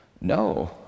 no